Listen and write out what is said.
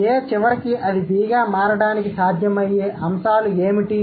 కాబట్టి "A" చివరికి అది B గా మారడానికి సాధ్యమయ్యే అంశాలు ఏమిటి